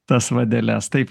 tas vadeles taip